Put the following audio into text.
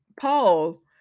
paul